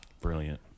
Brilliant